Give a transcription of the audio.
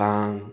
ꯀꯥꯡ